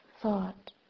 thought